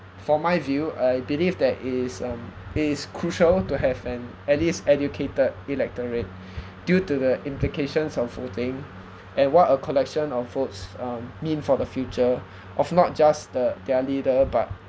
for my view I believe that is um it is crucial to have an at least educated electorate due to the implications of voting and what a collection of votes um mean for the future of not just the their leader but